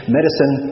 Medicine